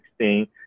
2016